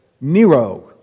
Nero